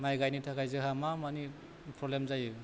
माइ गायनो थाखाय जोंहा मा मानि प्रब्लेम जायो